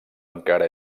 encara